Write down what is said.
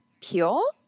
pure